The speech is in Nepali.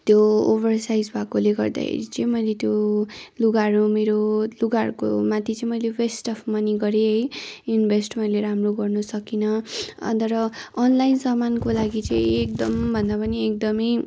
त्यो ओभरसाइज्ड भएकोले गर्दाखेरि चाहिँ मैले त्यो लुगाहरू मेरो लुगाहरूको माथि चाहिँ वेस्ट अफ मनी गरेँ है इन्भेस्ट मैले राम्रो गर्नु सकिनँ अन्त र अनलाइन सामानको लागि चाहिँ एकदम भन्दा पनि एकदमै